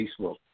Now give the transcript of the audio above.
Facebook